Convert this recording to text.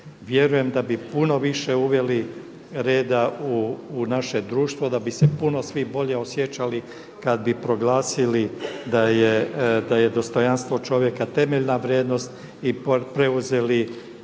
vjerujem da bi puno više uveli reda u naše društvo, da bi se puno svi bolje osjećali kada bi proglasili da je dostojanstvo čovjeka temeljna vrijednost i preuzeli